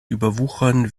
überwuchern